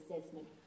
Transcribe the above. assessment